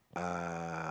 uh